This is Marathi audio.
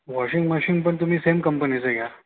वॉशिंग मशीन पण तुम्ही सेम कंपनीचं घ्या